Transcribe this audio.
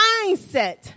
mindset